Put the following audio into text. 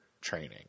training